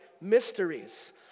mysteries